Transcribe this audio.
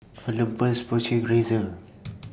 Olympus Porsche Razer